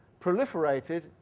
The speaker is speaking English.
proliferated